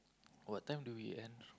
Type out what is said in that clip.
what time do we end